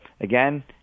again